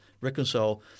Reconcile